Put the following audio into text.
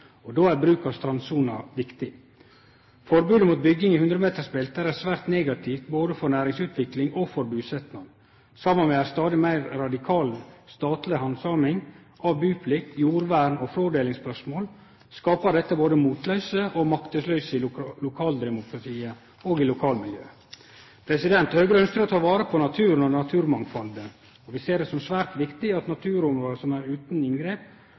og då er bruk av strandsona viktig. Forbodet mot bygging i hundremetersbeltet er svært negativt både for næringsutvikling og for busetnad. Saman med ei stadig meir radikal statleg handsaming av buplikt, jordvern og frådelingsspørsmål skaper dette både motløyse og maktesløyse i lokaldemokratiet og i lokalmiljøet. Høgre ønskjer å ta vare på naturen og naturmangfaldet, og vi ser det som svært viktig at naturområde er utan inngrep.